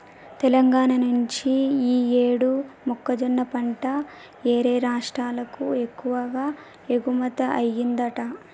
తెలంగాణా నుంచి యీ యేడు మొక్కజొన్న పంట యేరే రాష్టాలకు ఎక్కువగా ఎగుమతయ్యిందంట